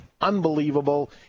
unbelievable